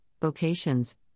vocations